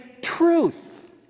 truth